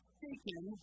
taken